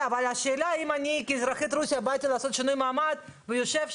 מי עושה